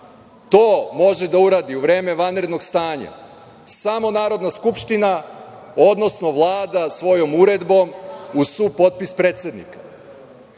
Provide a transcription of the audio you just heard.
To može da uradi u vreme vanrednog stanja samo Narodna skupština, odnosno Vlada svojom uredbom uz supotpis predsednika. Vi